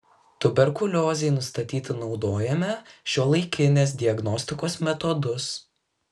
tuberkuliozei nustatyti naudojame šiuolaikinės diagnostikos metodus